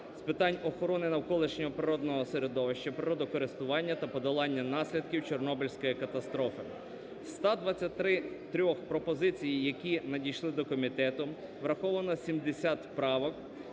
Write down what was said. з питань охорони навколишнього природного середовища, природокористування та подолання наслідків Чорнобильської катастрофи. Зі 123 пропозицій, які надійшли до комітету, враховано 70 правок.